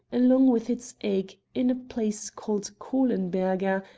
along with its egg, in a place called kohlenberger,